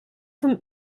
vom